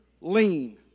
lean